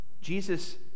Jesus